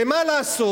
ומה לעשות,